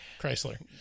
Chrysler